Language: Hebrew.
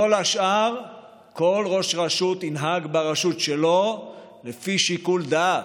בכל השאר שכל ראש רשות ינהג ברשות שלו לפי שיקול דעת,